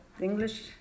English